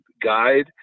guide